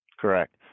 Correct